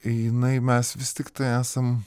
jinai mes vis tiktai esam